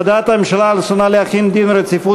הודעת הממשלה על רצונה להחיל דין רציפות